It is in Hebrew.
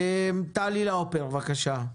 טלי לאופר, בבקשה,